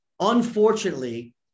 unfortunately